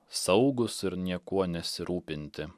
saugūs ir niekuo nesirūpinti